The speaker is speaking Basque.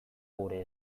gure